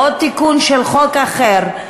ועוד תיקון של חוק אחר,